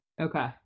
okay